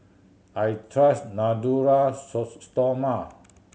I trust Natura Stoma